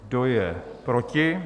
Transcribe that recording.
Kdo je proti?